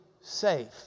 safe